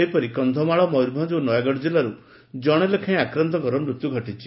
ସେହିପରି କବ୍ବମାଳ ମୟରଭଞ୍ଞ ଓ ନୟାଗଡ଼ ଜିଲ୍ଲାରୁ ଜଶେ ଲେଖାଏଁ ଆକ୍ରାନ୍ତଙ୍କର ମୃତ୍ୟୁ ଘଟିଛି